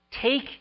take